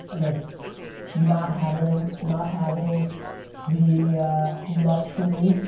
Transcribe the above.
like not having not having the luxury,